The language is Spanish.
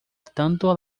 tanto